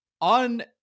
on